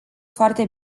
foarte